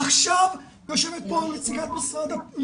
עכשיו יושבת פה נציגת משרד המשפטים.